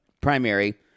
primary